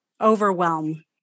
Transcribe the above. overwhelm